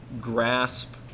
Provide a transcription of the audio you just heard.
grasp